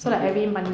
mmhmm